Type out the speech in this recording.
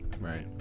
Right